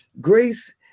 grace